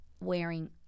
wearing